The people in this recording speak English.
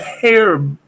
hair